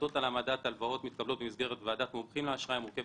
החלטות על העמדת הלוואות מתקבלות במסגרת ועדת מומחים לאשראי שמורכבת